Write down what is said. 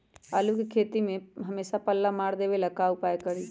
आलू के खेती में हमेसा पल्ला मार देवे ला का उपाय करी?